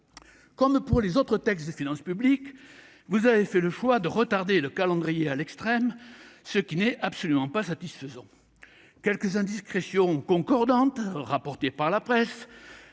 Comme pour les autres textes de finances publiques, monsieur le ministre, vous avez fait le choix de retarder le calendrier à l'extrême, ce qui n'est absolument pas satisfaisant. Quelques indiscrétions concordantes, rapportées par la presse,